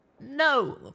No